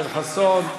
יואל חסון,